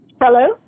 Hello